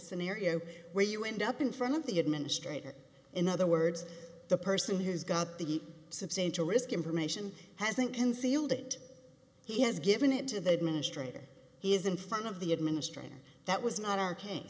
scenario where you end up in front of the administrator in other words the person who's got the substantial risk information hasn't concealed it he has given it to the administrator he is in front of the administrator that was not